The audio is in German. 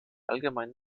allgemeinen